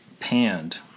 panned